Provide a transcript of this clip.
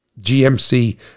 gmc